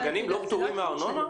הגנים לא פטורים מארנונה?